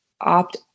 opt